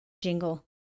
jingle